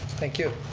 thank you.